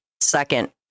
second